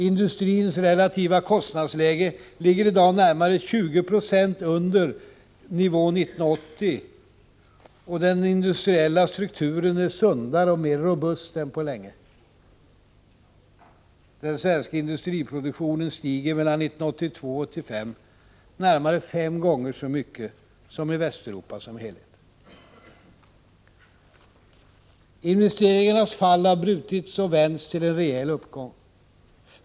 Industrins relativa kostnadsläge ligger i dag närmare 20 96 under nivån 1980, och den industriella strukturen är sundare och mer robust än på länge. Den svenska industriproduktionen stiger mellan 1982 och 1985 närmare fem gånger så mycket som i Västeuropa som helhet. Investeringarnas fall har brutits och vänts till en rejäl uppgång.